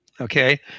okay